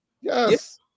Yes